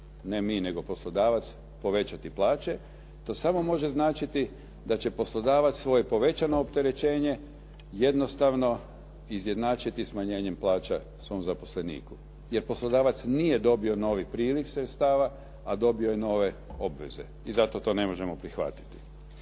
ne mi nego poslodavac povećati plaće. To samo može značiti da će poslodavac svoje povećano opterećenje jednostavno izjednačiti smanjenjem plaća svom zaposleniku, jer poslodavac nije dobio novi priliv sredstava, a dobio je nove obveze. I zato to ne možemo prihvatiti.